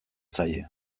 zaie